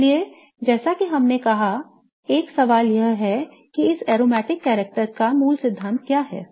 इसलिए जैसा कि हमने कहा एक सवाल यह है कि इस aromatic character के मूल सिद्धांत क्या हैं